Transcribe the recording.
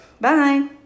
Bye